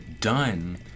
done